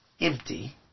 empty